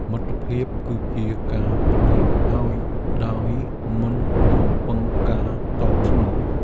មិត្តភាពគឺជាការផ្ដល់ឱ្យដោយមិនរំពឹងការតបស្នង។